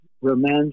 romance